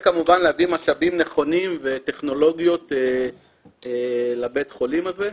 וכמובן להביא משאבים נכונים וטכנולוגיות לבית החולים הזה.